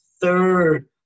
third